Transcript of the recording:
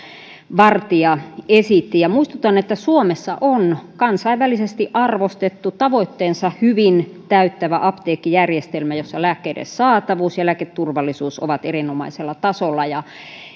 vartia esitti muistutan että suomessa on kansainvälisesti arvostettu tavoitteensa hyvin täyttävä apteekkijärjestelmä jossa lääkkeiden saatavuus ja lääketurvallisuus ovat erinomaisella tasolla